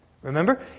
Remember